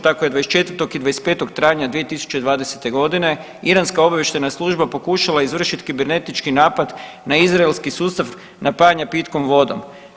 Tako je 24. i 25. travnja 2020.g. Iranska obavještajna služba pokušala izvršit kibernetički napad na izraelski sustav napajanja pitkom vodom.